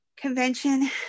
convention